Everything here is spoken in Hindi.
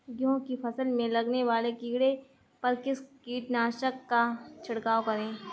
गेहूँ की फसल में लगने वाले कीड़े पर किस कीटनाशक का छिड़काव करें?